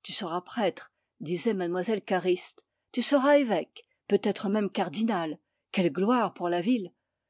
tu seras prêtre disait mlle cariste tu seras évêque peut-être même cardinal quelle gloire pour la ville